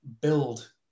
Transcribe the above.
build